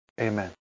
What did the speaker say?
Amen